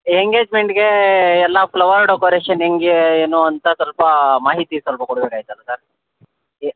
ಯೆಂಗೇಜ್ಮೆಂಟ್ಗೇ ಎಲ್ಲ flower decoration ಹೆಂಗೆ ಏನು ಅಂತ ಸ್ವಲ್ಪ ಮಾಹಿತಿ ಸ್ವಲ್ಪ ಕೊಡಬೇಕಾಗಿತ್ತಲ್ಲ ಸರ್ ಏ